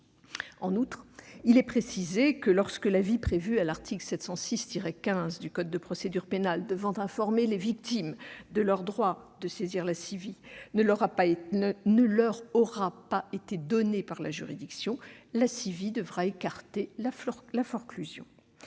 En outre, il est précisé que, lorsque l'avis prévu à l'article 706-15 du code de procédure pénale devant informer les victimes de leur droit de saisir la CIVI ne leur aura pas été donné par la juridiction, cette commission devra écarter la forclusion.